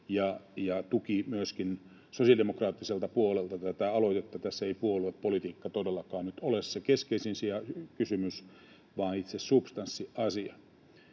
ja myöskin tuki sosiaalidemokraattiselta puolelta tätä aloitetta. Tässä ei puoluepolitiikka todellakaan nyt ole se keskeisin kysymys vaan itse substanssiasia.